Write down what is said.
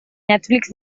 netflix